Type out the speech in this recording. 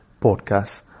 podcast